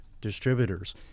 distributors